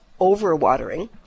overwatering